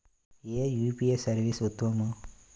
ఏ UPI service ఉత్తమము?